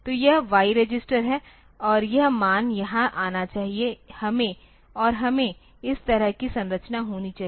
तो यह y register है और यह मान यहां आना चाहिए और हमें इस तरह की संरचना होनी चाहिए